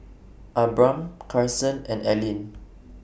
Abram Carson and Ellyn